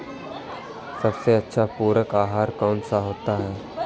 सबसे अच्छा पूरक आहार कौन सा होता है?